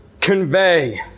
convey